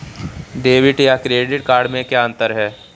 Debit या credit card में क्या अन्तर है?